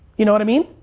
you know what i mean?